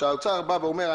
שהאוצר בא ואומר,